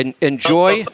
enjoy